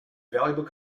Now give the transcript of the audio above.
valuable